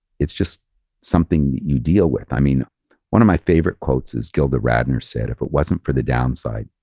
it's just something that you deal with. i mean one of my favorite quotes is gilda radner said, if it wasn't for the downside,